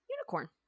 unicorn